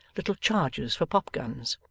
little charges for popguns.